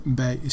bij